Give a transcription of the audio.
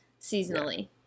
seasonally